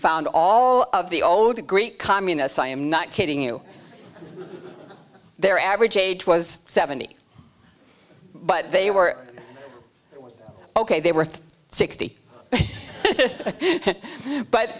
found all of the old greek communists i am not kidding you their average age was seventy but they were ok they were sixty but